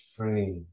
Free